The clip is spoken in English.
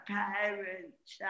parents